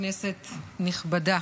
אדוני היושב-ראש, כנסת נכבדה,